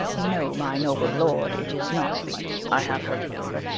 no, my noble lord, it is not for you. i have heard it over,